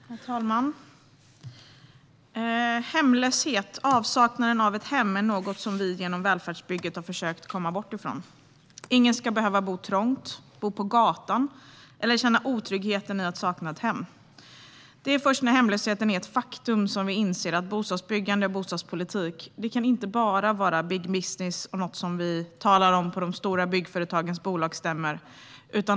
Herr talman! Hemlöshet, avsaknad av ett hem, är något som vi genom välfärdsbygget har försökt komma bort från. Ingen ska behöva bo trångt, bo på gatan eller känna otryggheten i att sakna ett hem. Det är först när hemlösheten är ett faktum som vi inser att bostadsbyggande och bostadspolitik inte bara kan vara big business och något vi talar om på de stora byggföretagens bolagsstämmor.